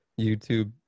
YouTube